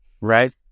right